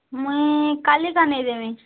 ମୁଇଁ କାଲିକା ଦେଇ ଦେବି